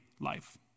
life